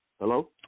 hello